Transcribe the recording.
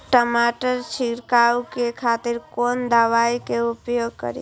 टमाटर छीरकाउ के खातिर कोन दवाई के उपयोग करी?